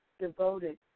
devoted